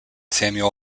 samuel